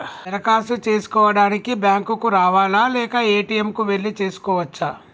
దరఖాస్తు చేసుకోవడానికి బ్యాంక్ కు రావాలా లేక ఏ.టి.ఎమ్ కు వెళ్లి చేసుకోవచ్చా?